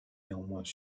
néanmoins